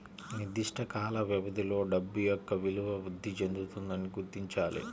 నిర్దిష్ట కాల వ్యవధిలో డబ్బు యొక్క విలువ వృద్ధి చెందుతుందని గుర్తించాలి